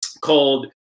called